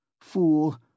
Fool